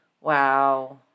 Wow